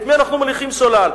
את מי אנחנו מוליכים שולל?